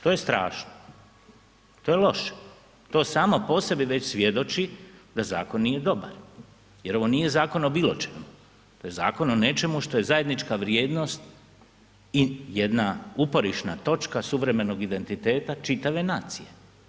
To je strašno, to je loše, to samo po sebi već svjedoči da zakon nije dobar jer ovo nije zakon o bilo čemu, to je zakon o nečemu što je zajednička vrijednost i jedna uporišna točka suvremenog identiteta čitave nacije.